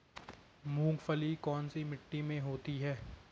मूंगफली कौन सी मिट्टी में होती है?